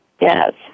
Yes